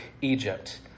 Egypt